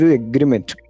agreement